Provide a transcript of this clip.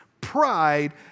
pride